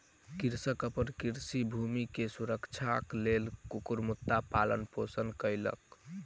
कृषक अपन कृषि भूमि के सुरक्षाक लेल कुक्कुरक पालन पोषण कयलक